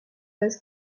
was